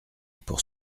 pour